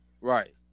Right